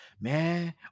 man